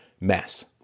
mess